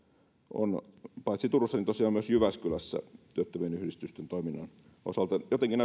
on paitsi turussa tosiaan myös jyväskylässä työttömien yhdistysten toiminnan osalta jotenkin